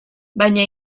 baina